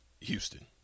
Houston